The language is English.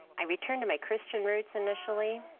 i returned to my christian roots initially,